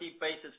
basis